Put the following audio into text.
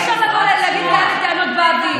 אי-אפשר להגיד כאלה טענות באוויר.